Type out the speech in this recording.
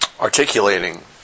articulating